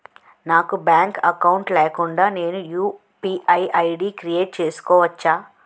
నాకు bank account లేకుండా నేను యు.పి.ఐ ఐ.డి క్రియేట్ చేసుకోవచ్చా?